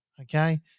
Okay